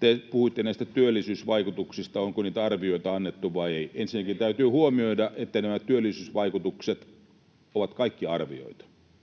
Te puhuitte näistä työllisyysvaikutuksista, onko niitä arvioita annettu vai ei. Ensinnäkin täytyy huomioida, että nämä työllisyysvaikutukset ovat kaikki arvioita.